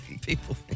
people